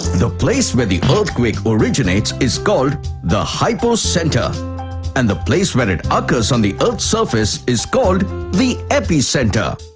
the place where the earthquake originates is called the hypocentre and the place where it occurs on the earth's surface is called the epicenter.